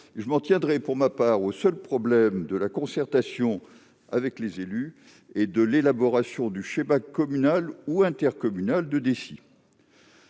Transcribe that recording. je m'en tiendrai aux seuls problèmes de la concertation avec les élus et de l'élaboration du schéma communal ou intercommunal de DECI.